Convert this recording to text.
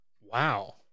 Wow